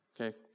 Okay